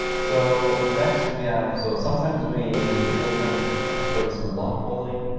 so next we have, so sometimes we made real time service with long-polling.